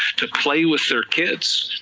to play with their kids,